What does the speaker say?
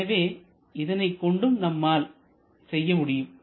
எனவே இதனைக் கொண்டு நம்மால் செய்ய முடியும்